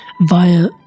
via